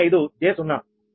05 j 0